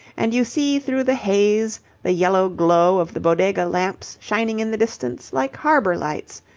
and you see through the haze the yellow glow of the bodega lamps shining in the distance like harbour-lights.